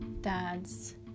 dads